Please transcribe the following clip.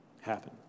happen